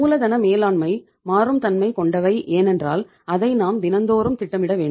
மூலதன மேலாண்மை மாறும் தன்மை கொண்டவை ஏனென்றால் அதை நாம் தினந்தோறும் திட்டமிட வேண்டும்